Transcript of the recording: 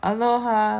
Aloha